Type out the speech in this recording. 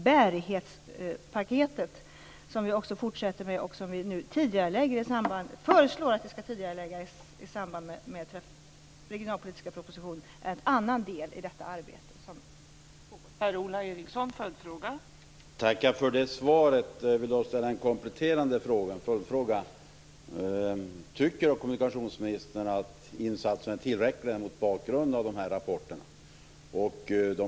Bärighetspaketet, som vi också fortsätter med och som vi nu föreslår skall tidigareläggas i samband med den regionalpolitiska propositionen, är en annan del i det arbete som pågår.